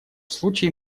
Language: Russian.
случае